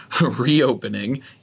reopening